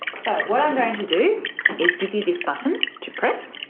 so what i am going to do is give you this button to press.